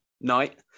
night